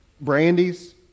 Brandy's